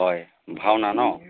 হয় ভাওনা ন